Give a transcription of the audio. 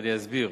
ואני אסביר.